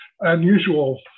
unusual